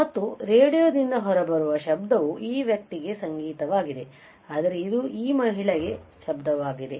ಮತ್ತು ರೇಡಿಯೊದಿಂದ ಹೊರಬರುವ ಶಬ್ದವು ಈ ವ್ಯಕ್ತಿಗೆ ಸಂಗೀತವಾಗಿದೆ ಆದರೆ ಇದು ಈ ಮಹಿಳೆಗೆ ಶಬ್ದವಾಗಿದೆ